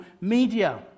media